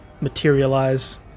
materialize